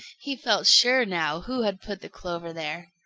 he felt sure now who had put the clover there.